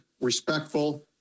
respectful